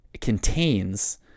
contains